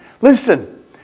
Listen